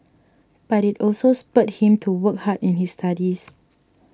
but it also spurred him to work hard in his studies